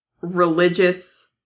religious